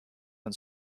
and